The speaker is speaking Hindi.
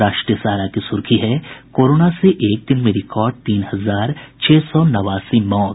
राष्ट्रीय सहारा की सुर्खी है कोरोना से एक दिन में रिकॉर्ड तीन हजार छह सौ नवासी मौत